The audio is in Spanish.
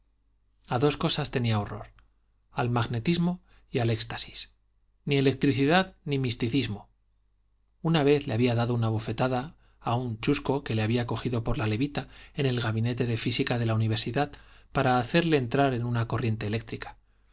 a dos cosas tenía horror al magnetismo y al éxtasis ni electricidad ni misticismo una vez le había dado una bofetada a un chusco que le había cogido por la levita en el gabinete de física de la universidad para hacerle entrar en una corriente eléctrica